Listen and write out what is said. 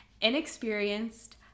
inexperienced